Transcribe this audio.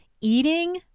eating